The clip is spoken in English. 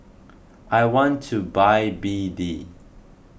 I want to buy B D